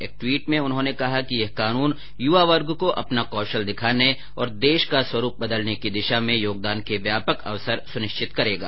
एक ट्वीट में उन्होंने कहा कि यह कानून युवा वर्ग को अपना कौशल दिखाने और देश का स्वरूप बदलने की दिशा में योगदान के व्यापक अवसर सुनिश्चित करेगा